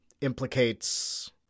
implicates